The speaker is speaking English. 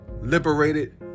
liberated